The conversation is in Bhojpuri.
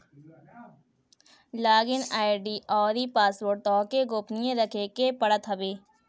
लॉग इन आई.डी अउरी पासवोर्ड तोहके गोपनीय रखे के पड़त हवे